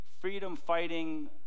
freedom-fighting